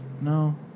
No